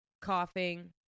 coughing